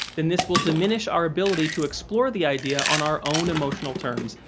then this will diminish our ability to explore the idea on our own emotional terms,